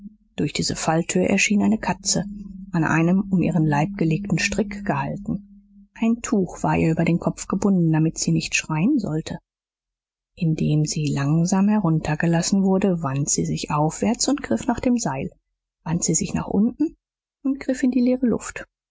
durch diese falltür erschien eine katze an einem um ihren leib gelegten strick gehalten ein tuch war ihr über den kopf gebunden damit sie nicht schreien sollte indem sie langsam heruntergelassen wurde wand sie sich aufwärts und griff nach dem seil wand sie sich nach unten und griff in die leere luft